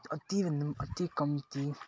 अतिभन्दा पनि अति कम्ती